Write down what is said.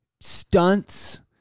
stunts